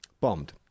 Bombed